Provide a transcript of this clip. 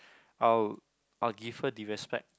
I'll I'll give her the respect